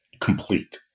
complete